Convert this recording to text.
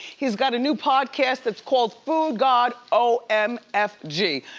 he's got a new podcast that's called foodgod o m f g.